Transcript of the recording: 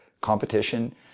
competition